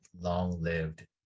long-lived